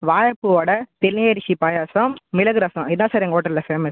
வாழைப்பூ வடை திணையரிசி பாயாசம் மிளகு ரசம் இதான் சார் எங்கள் ஹோட்டலில் ஃபேமஸ்